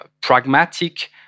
pragmatic